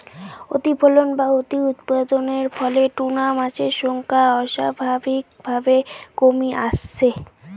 অতিফলন বা অতিউৎপাদনের ফলে টুনা মাছের সংখ্যা অস্বাভাবিকভাবে কমি আসছে